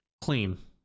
clean